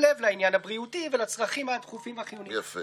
תוצאות ההצבעה האלקטרונית הן חמישה בעד,